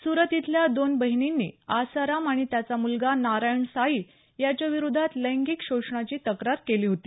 सुरत इथल्या दोन बहिणींनी आसाराम आणि त्याचा मुलगा नारायण साई याच्याविरोधात लैंगिक शोषणाची तक्रार केली होती